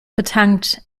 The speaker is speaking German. betankt